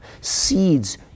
Seeds